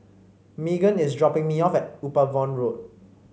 Meagan is dropping me off at Upavon Road